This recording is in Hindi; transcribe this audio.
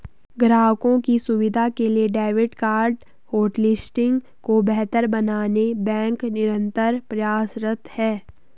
ग्राहकों की सुविधा के लिए डेबिट कार्ड होटलिस्टिंग को बेहतर बनाने बैंक निरंतर प्रयासरत है